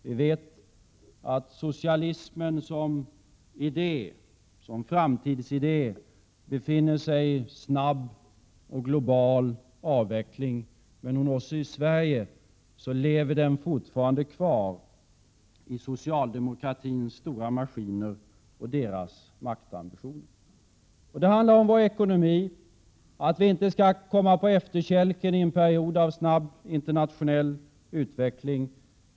Vi vet att socialismen som framtidsidé befinner sig i en snabb och global avvecklingsfas. Hos oss i Sverige lever den fortfarande kvar i socialdemokratins stora maskiner och i dess maktambitioner. Det handlar vidare om vår ekonomi. Det är viktigt att vi inte kommer på efterkälken i en period av snabb internationell utveckling.